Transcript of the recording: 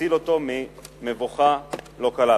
שהצילה אותו ממבוכה לא קלה.